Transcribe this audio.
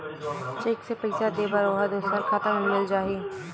Cheque से पईसा दे बर ओहा दुसर खाता म मिल जाही?